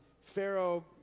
Pharaoh